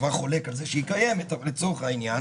כבר חולק על כך שהיא קיימת, אבל לצורך העניין